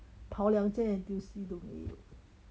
跑两件 N_T_U_C 都没有